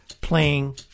playing